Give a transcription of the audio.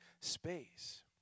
space